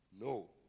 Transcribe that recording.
No